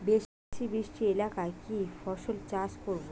বেশি বৃষ্টি এলাকায় কি ফসল চাষ করব?